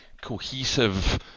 cohesive